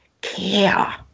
care